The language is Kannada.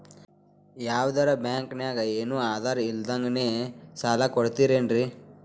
ಯಾವದರಾ ಬ್ಯಾಂಕ್ ನಾಗ ಏನು ಆಧಾರ್ ಇಲ್ದಂಗನೆ ಸಾಲ ಕೊಡ್ತಾರೆನ್ರಿ ಸಾರ್?